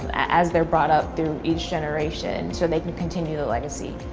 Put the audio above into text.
as they're brought up through each generation so they can continue the legacy.